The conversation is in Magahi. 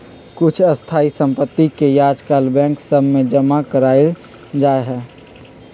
कुछ स्थाइ सम्पति के याजकाल बैंक सभ में जमा करायल जाइ छइ